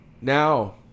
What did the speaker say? Now